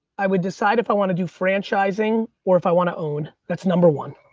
i would decide if i wanna do franchising or if i wanna own. that's number one.